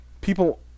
people